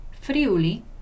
Friuli